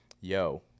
yo